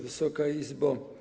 Wysoka Izbo!